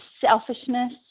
selfishness